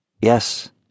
Yes